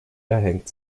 erhängt